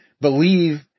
believe